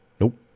Nope